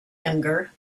younger